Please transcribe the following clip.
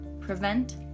prevent